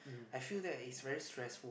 I feel that it's very stressful